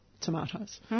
tomatoes